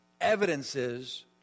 evidences